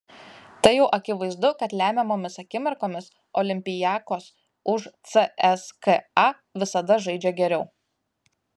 tai jau akivaizdu kad lemiamomis akimirkomis olympiakos už cska visada žaidžia geriau